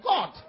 God